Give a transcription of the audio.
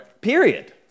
Period